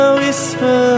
whisper